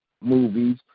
movies